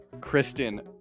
Kristen